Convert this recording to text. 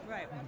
Right